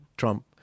Trump